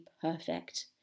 perfect